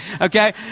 okay